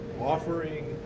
offering